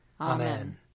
Amen